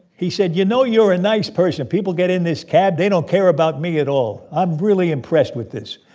he said, you know, you're a nice person. people get in this cab. they don't care about me at all. i'm really impressed with this.